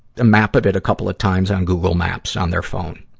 map of it a couple of times on google maps on their phone?